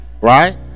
right